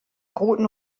roten